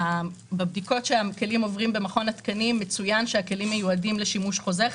בבדיקות שהכלים עוברים מצוין שהכלים מיועדים לשימוש חוזר,